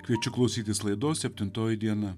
kviečiu klausytis laidos septintoji diena